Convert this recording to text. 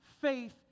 faith